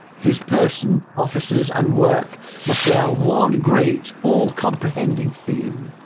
his person, offices, and work must be our one great all comprehending theme.